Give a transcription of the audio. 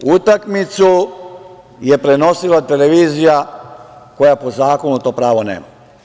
Utakmicu je prenosila televizija koja po zakonu to pravo nema.